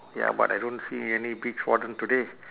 ya but I don't see any beach warden today